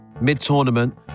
Mid-tournament